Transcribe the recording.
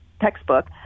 textbook